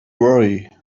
worry